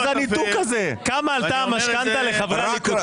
כמה עלתה המשכנתא לחברי הליכוד,